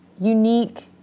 unique